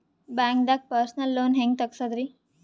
ಬ್ಯಾಂಕ್ದಾಗ personal loan ಹೆಂಗ್ ತಗ್ಸದ್ರಿ?